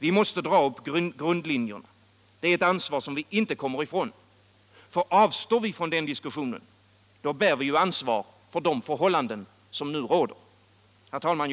Vi måste dra upp grundlinjerna. Det är ett ansvar som vi inte kommer ifrån. Avstår vi ifrån den diskussionen, bär vi ju ansvar för de förhållanden som nu råder. Herr talman!